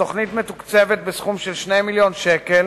התוכנית מתוקצבת בסכום של 2 מיליוני שקל